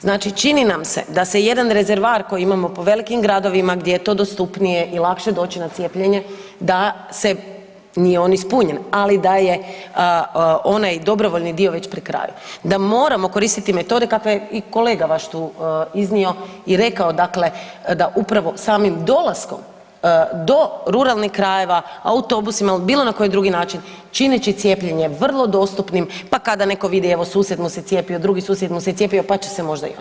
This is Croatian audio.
Znači, čini nam se da se jedan rezervat koji imamo u velikim gradovima gdje je to dostupnije i lakše doći na cijepljenje, da nije on ispunjen, ali da je onaj dobrovoljni dio već ori kraju, da moramo koristiti metode kakve i kolega vaš je tu iznio i rekao dakle da upravo samim dolaskom do ruralnih krajevima, autobusima ili bilo na koji drugi način, činit će cijepljenje vrlo dostupnim pa kada netko vidi evo susjed mu se cijepio, drugi susjed mu se cijepio, pa će se možda i on.